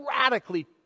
radically